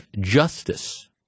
justice